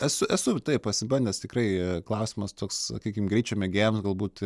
esu esu taip pasibandęs tikrai klausimas toks sakykime greičio mėgėjams galbūt